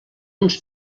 uns